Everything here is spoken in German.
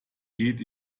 geht